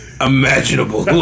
imaginable